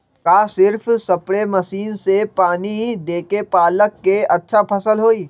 का सिर्फ spray machine से पानी देके पालक के अच्छा फसल होई?